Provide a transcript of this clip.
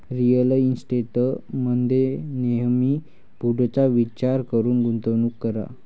real इस्टेटमध्ये नेहमी पुढचा विचार करून गुंतवणूक करा